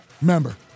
remember